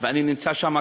ואני נמצא שם,